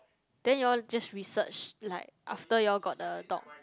then you all just research like after you all got the dog